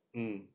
mm